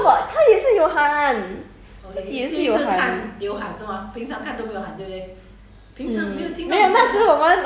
his eardrum going to burst but he also got 他也是有喊自己也是有喊